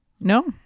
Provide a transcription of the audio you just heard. No